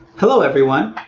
hello everyone,